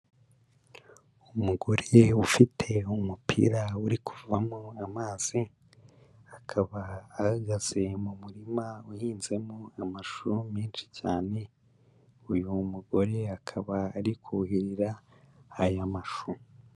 Umugore ufite umupira uri kuvamo amazi, akaba ahagaze mu murima uhinzemo amashu menshi cyane, uyu mugore akaba ari kuhirira aya mashu.